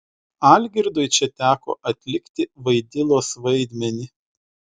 algirdui čia teko atlikti vaidilos vaidmenį